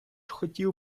хотів